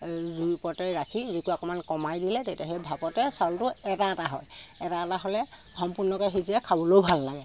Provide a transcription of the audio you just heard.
জুই ওপৰতে ৰাখি জুইকোৰা অকমান কমাই দিলে তেতিয়া সেই ভাপতে চাউলটো এটা এটা হয় এটা এটা হ'লে সম্পূৰ্ণকৈ সিজে খাবলৈও ভাল লাগে